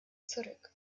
zurück